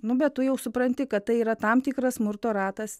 nu bet tu jau supranti kad tai yra tam tikras smurto ratas